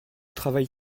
travaille